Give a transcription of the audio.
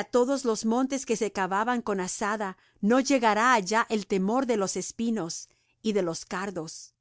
á todos los montes que se cavaban con azada no llegará allá el temor de los espinos y de los cardos